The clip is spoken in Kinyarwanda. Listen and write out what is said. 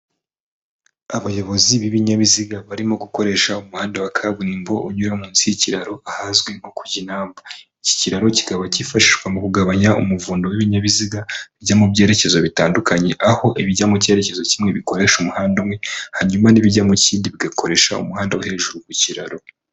Abayobozi b'ibinyabiziga barimo gukoresha umuhanda wa kaburimbo unyura munsi y'ikiraro ahazwi nko ku kinamba, iki kiraro kikaba cyifashishwa mu kugabanya umuvundo w'ibinyabizigajya mu byerekezo bitandukanye, aho ibijya mu cyerekezo kimwe bikoresha umuhanda umwe, hanyuma n'bijya mu kindi bigakoresha umuhanda wo hejuru ku kiraro.